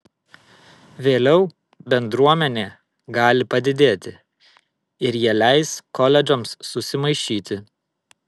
vėliau bendruomenė gali padidėti ir jie leis koledžams susimaišyti